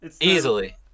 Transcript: Easily